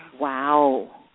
Wow